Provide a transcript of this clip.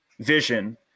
vision